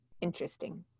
Interesting